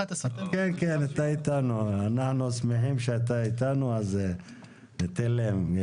אנחנו שמחים שאתה איתנו אז ניתן להם.